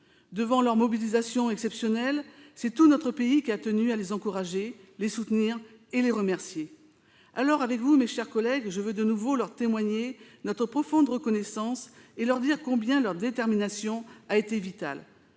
Devant leur mobilisation exceptionnelle, c'est tout notre pays qui a tenu à les encourager, à les soutenir et à les remercier. Alors, avec vous, mes chers collègues, je veux de nouveau leur témoigner notre profonde reconnaissance et leur dire combien leur détermination a été vitale.